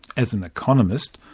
as an economist,